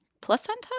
placenta